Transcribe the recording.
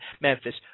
Memphis